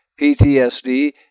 PTSD